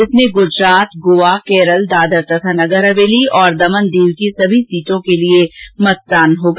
इसमें गुजरात गोआ केरल दादर तथा नगर हवेली और दमन दीव की सभी सीटों के लिए मतदान होगा